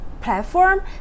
platform